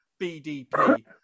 BDP